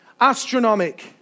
astronomic